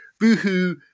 boohoo